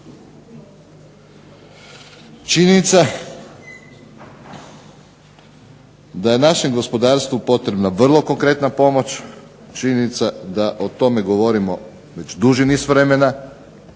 Činjenica je da je našem gospodarstvu potrebna vrlo konkretna pomoć, činjenica je da o tome govorimo već duži niz vremena.